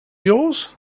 yours